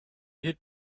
hid